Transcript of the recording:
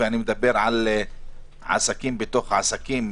ואני מדבר על עסקים בתוך עסקים,